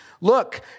Look